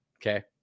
Okay